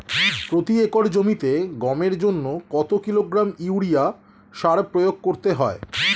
প্রতি একর জমিতে গমের জন্য কত কিলোগ্রাম ইউরিয়া সার প্রয়োগ করতে হয়?